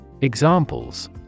Examples